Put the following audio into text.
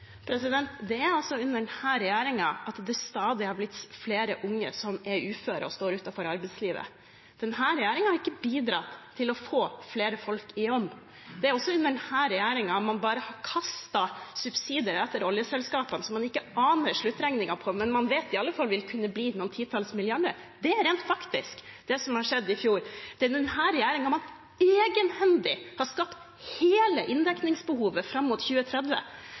Det er under denne regjeringen det stadig har blitt flere unge som er uføre og står utenfor arbeidslivet. Denne regjeringen har ikke bidratt til å få flere i folk i jobb. Det er også under denne regjeringen man bare har kastet subsidier etter oljeselskapene som man ikke aner sluttregningen på, men man vet det i alle fall vil kunne bli noen titalls milliarder. Det er rent faktisk det som skjedde i fjor. Det er denne regjeringen som egenhendig har skapt hele inndekningsbehovet fram mot 2030.